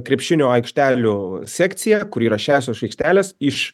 krepšinio aikštelių sekcija kur yra šešios aikštelės iš